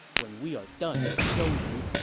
when we are done with zhou yu,